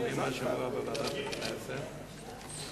אל